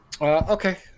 Okay